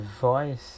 voice